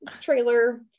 trailer